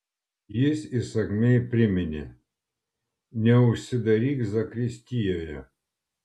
jis įsakmiai priminė neužsidarykit zakristijoje